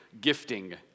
gifting